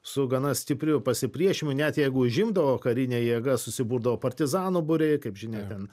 su gana stipriu pasipriešinimu net jeigu užimdavo karine jėga susiburdavo partizanų būriai kaip žinia ten